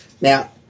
Now